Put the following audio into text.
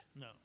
No